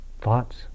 thoughts